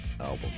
album